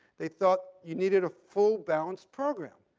they thought you needed a full balanced program.